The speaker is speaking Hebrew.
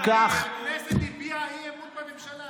הכנסת הביעה אי-אמון בממשלה.